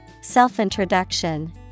self-introduction